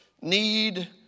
need